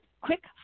quick